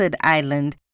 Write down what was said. island